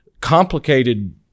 complicated